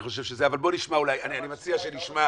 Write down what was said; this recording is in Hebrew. אבל בואו נשמע, אני מציע שנשמע,